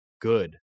Good